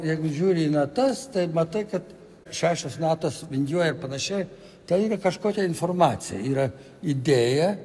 jeigu žiūri į natas tai matai kad šešios natos vingiuoja panašiai tai yra kažkokia informacija yra idėja